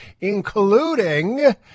including